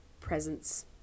presence